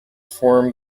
form